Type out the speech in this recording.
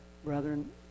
brethren